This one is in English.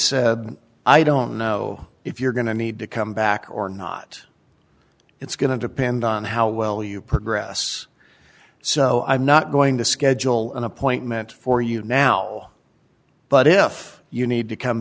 said i don't know if you're going to need to come back or not it's going to depend on how well you progress so i'm not going to schedule an appointment for you now but if you need to come